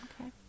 Okay